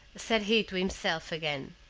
said he to himself again,